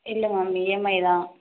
இல்லை ma'am EMI தான்